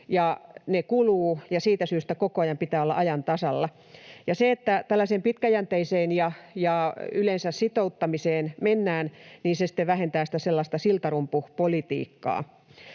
ne kuluvat, ja siitä syystä koko ajan pitää olla ajan tasalla. Ja se, että tällaiseen pitkäjänteisyyteen ja yleensä sitouttamiseen mennään, sitten vähentää sellaista siltarumpupolitiikkaa.